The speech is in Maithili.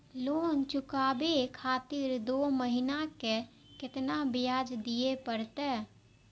लोन चुकाबे खातिर दो महीना के केतना ब्याज दिये परतें?